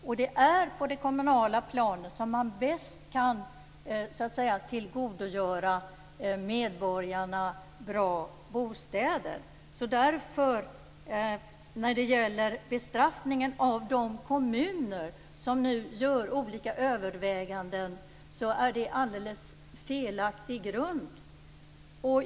Och det är på det kommunala planet som man bäst kan tillgodose medborgarna med bra bostäder. Därför är bestraffningen av de kommuner som nu gör olika överväganden en alldeles felaktig grund.